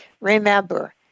remember